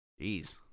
Jeez